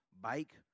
bike